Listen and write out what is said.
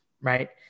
right